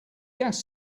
gas